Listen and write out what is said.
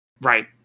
Right